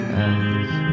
else